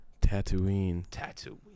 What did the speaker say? tatooine